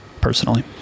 personally